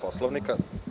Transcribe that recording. Poslovnika.